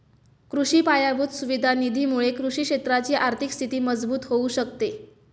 कृषि पायाभूत सुविधा निधी मुळे कृषि क्षेत्राची आर्थिक स्थिती मजबूत होऊ शकते